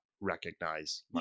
recognize